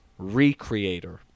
recreator